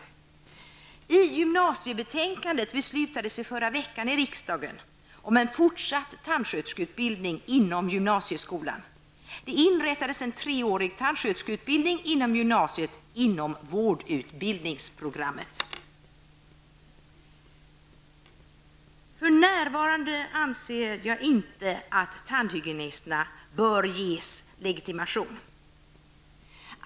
Efter behandling av gymnasiebetänkandet beslutades i förra veckan i riksdagen om en fortsatt tandsköterskeutbildning inom gymnasieskolan. Det inrättades en treårig tandsköterskeutbildning i gymnasiet inom vårdutbildningsprogrammet. För närvarande anser jag inte att tandhygienisterna bör ges legitimation.